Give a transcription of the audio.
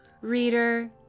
Reader